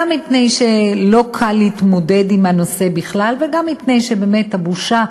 גם מפני שלא קל להתמודד עם הנושא בכלל וגם מפני שבאמת הבושה,